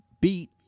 beat